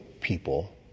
people